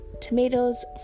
Tomatoes